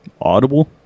audible